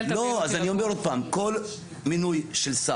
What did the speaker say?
כל מינוי של שר,